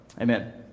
Amen